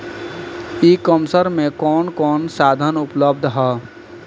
E commerce में कवन कवन साधन उपलब्ध ह?